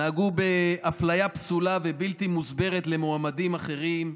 נהגו באפליה פסולה ובלתי מוסברת כלפי מועמדים אחרים,